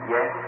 Yes